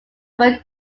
cuban